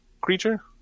creature